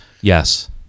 Yes